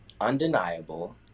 undeniable